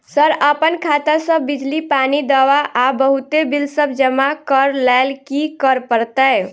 Sir अप्पन खाता सऽ बिजली, पानि, दवा आ बहुते बिल सब जमा करऽ लैल की करऽ परतै?